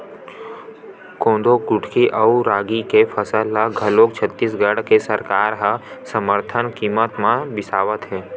कोदो कुटकी अउ रागी के फसल ल घलोक छत्तीसगढ़ के सरकार ह समरथन कीमत म बिसावत हे